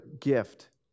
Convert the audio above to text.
gift